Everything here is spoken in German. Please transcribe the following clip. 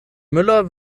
müller